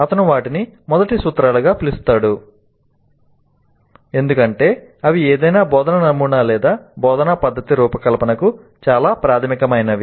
అతను వాటిని మొదటి సూత్రాలుగా పిలుస్తాడు ఎందుకంటే అవి ఏదైనా బోధనా నమూనా లేదా బోధనా పద్ధతి రూపకల్పనకు చాలా ప్రాథమికమైనవి